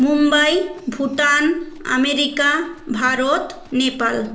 Mumbai Bhutan America Bharat Nepal